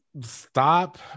Stop